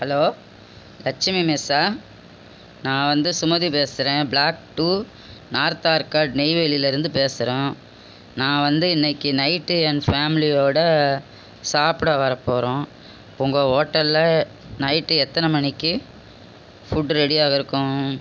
hello Lakshmi மெஸ்ஸா நான் வந்து சுமதி பேசுகிறேன் பிளாக் டூ நார்த் ஆர்காட் நெய்வேலிலேருந்து பேசுகிறோம் நான் வந்து இன்னைக்கு நைட்டு என் ஃபேமிலியோட சாப்பிட வர போகறோம் உங்கள் ஹோட்டலில் நைட்டு எத்தனை மணிக்கு ஃபுட்டு ரெடியாக இருக்கும்